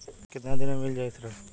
कितना दिन में मील जाई ऋण?